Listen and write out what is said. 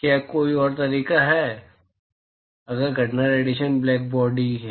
क्या कोई और तरीका है अगर घटना रेडिएशन ब्लैक बॉडी है